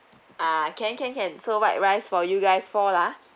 uh can can can so white rice for you guys four lah